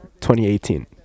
2018